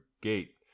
gate